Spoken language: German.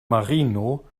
marino